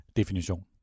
definition